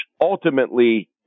ultimately